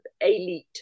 elite